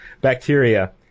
bacteria